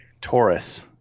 Taurus